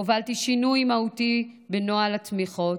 הובלתי שינוי מהותי בנוהל התמיכות,